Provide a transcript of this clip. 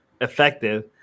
effective